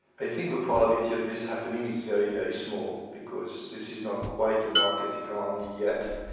i think the probability of this happening is very, very small, because this is not quite a market economy yet,